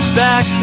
back